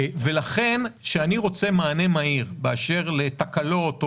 לכן כשאני רוצה מענה מהיר באשר לתקלות,